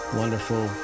wonderful